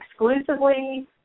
exclusively